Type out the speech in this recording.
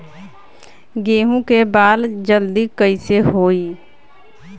गेहूँ के बाल जल्दी कईसे होई?